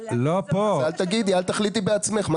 אבל להגיד שזה לא נכון מה